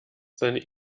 seine